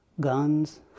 Guns